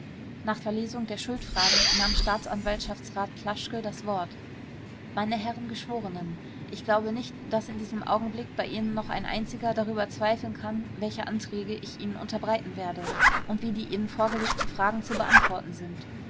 nach verlesung der schuldfragen nahm staatsanwaltschaftsrat plaschke das wort meine herren geschworenen ich glaube nicht daß in diesem augenblick bei ihnen noch ein einziger darüber zweifeln kann welche anträge ich ihnen unterbreiten werde und wie die ihnen vorgelegten fragen zu beantworten sind